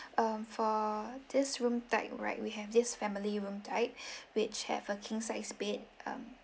um for this room type right we have this family room type which have a king sized bed um